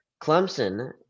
Clemson